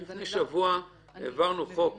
רק לפני שבוע העברנו חוק הסמכות.